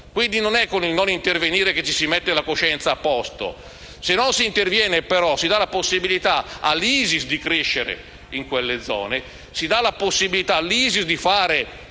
Quindi, non è con il non intervenire che ci si mette la coscienza a posto. Se non si interviene, però, si dà la possibilità all'ISIS di crescere in quelle zone. Si dà la possibilità all'ISIS di fare